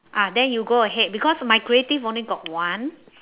ah then you go ahead because my creative only got one